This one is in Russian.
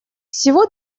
всего